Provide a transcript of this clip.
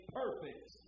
perfect